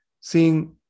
Seeing